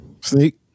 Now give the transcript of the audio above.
Sneak